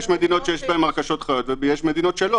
יש מדינות שיש בהן הרכשות חיות ויש שלא.